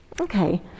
Okay